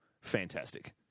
fantastic